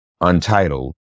untitled